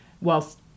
whilst